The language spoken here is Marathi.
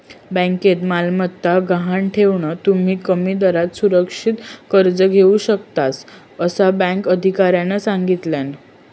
बँकेत मालमत्ता गहाण ठेवान, तुम्ही कमी दरात सुरक्षित कर्ज घेऊ शकतास, असा बँक अधिकाऱ्यानं सांगल्यान